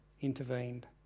intervened